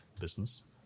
business